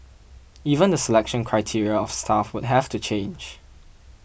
even the selection criteria of staff would have to change